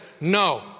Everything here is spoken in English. No